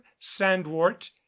sandwort